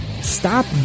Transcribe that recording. Stop